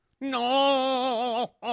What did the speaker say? No